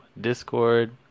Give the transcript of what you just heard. Discord